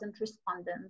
respondents